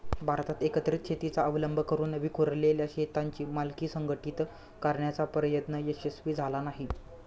भारतात एकत्रित शेतीचा अवलंब करून विखुरलेल्या शेतांची मालकी संघटित करण्याचा प्रयत्न यशस्वी झाला नाही